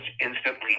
instantly